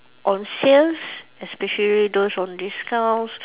on sales especially those on discounts